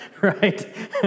right